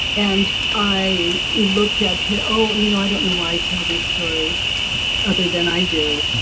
and i looked at him, oh you know i don't know why i tell these stories other than i do,